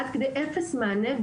עד כדי אפס מענה,